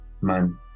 man